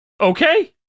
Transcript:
Okay